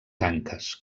tanques